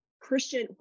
Christian